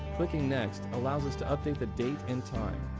clicking next allows us to update the date and time.